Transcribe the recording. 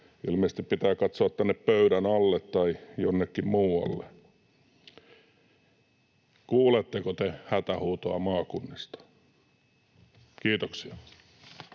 ilmeisesti pitää katsoa tänne pöydän alle tai jonnekin muualle. Kuuletteko te hätähuutoa maakunnista? — Kiitoksia.